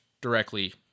directly